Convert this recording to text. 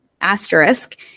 asterisk